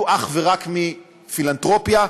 במקום שיהיו עוד ועוד עמותות שיחיו אך ורק מפילנתרופיה,